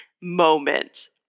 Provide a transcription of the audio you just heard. moment